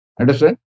Understand